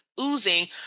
oozing